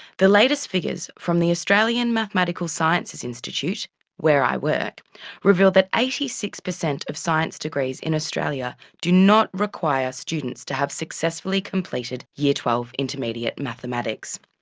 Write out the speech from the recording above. the latest figures from the australian mathematical sciences institute where i work revealed that eighty six percent of science degrees in australia do not require students to have successfully completed year twelve intermediate mathematics.